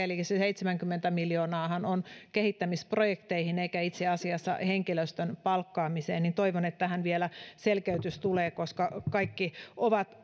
se seitsemänkymmenen miljoonaahan on kehittämisprojekteihin eikä itse asiassa henkilöstön palkkaamiseen toivon että tähän vielä selkeytys tulee koska kaikki ovat